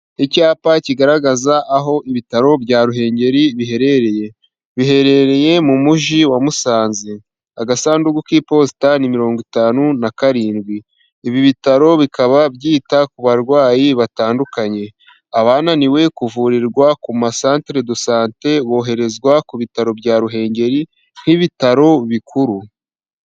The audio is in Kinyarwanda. Icyapa kigaragaza aho ibitaro bya Ruhengeri biherereye, biherereye mu mujyi wa Musanze agasanduku k'iposita ni mirongo itanu na karindwi, ibi bitaro bikaba byita ku barwayi batandukanye, abananiwe kuvurirwa ku ma satere do sate, boherezwa ku bitaro bya Ruhengeri nk'ibitaro bikuru.